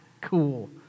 cool